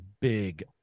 big